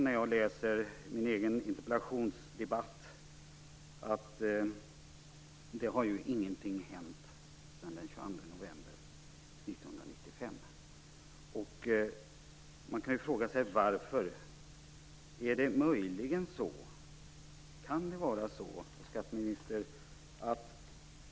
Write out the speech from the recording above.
När jag läser den interpellationsdebatten känner jag på något sätt att ingenting har hänt sedan den 22 november 1995. Man kan fråga sig varför.